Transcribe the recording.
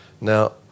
Now